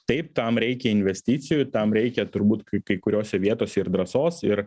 taip tam reikia investicijų tam reikia turbūt kaip kuriose vietose ir drąsos ir